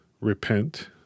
repent